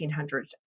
1800s